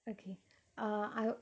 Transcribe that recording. okay err I